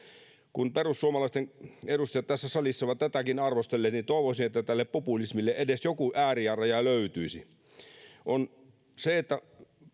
kun perussuomalaisten edustajat tässä salissa ovat tätäkin arvostelleet niin toivoisin että tälle populismille edes joku ääri ja raja löytyisi kyllä se että